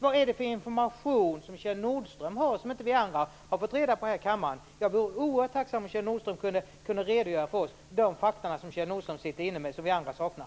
Vad är det för information som Kjell Nordström har, som vi andra här i kammaren inte har fått? Jag vore oerhört tacksam om Kjell Nordström kunde redogöra för de fakta som han sitter inne med och som vi andra saknar.